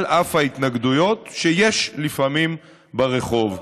על אף ההתנגדויות שיש לפעמים ברחוב.